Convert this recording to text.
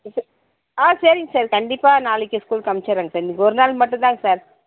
ஆ சரிங் சார் கண்டிப்பாக நாளைக்கு ஸ்கூலுக்கு அனுப்பிச்சறேங்க இன்னிக்கி ஒரு நாள் மட்டும் தாங்க சார்